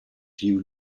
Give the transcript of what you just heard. view